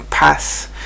pass